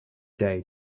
day